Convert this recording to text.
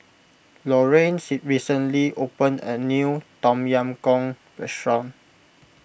Loraine recently opened a new Tom Yam Goong restaurant